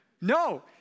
No